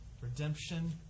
redemption